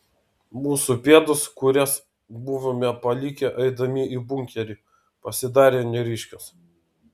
mūsų pėdos kurias buvome palikę eidami į bunkerį pasidarė neryškios